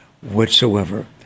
whatsoever